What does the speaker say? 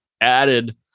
added